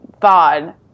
thought